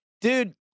dude